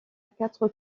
quatre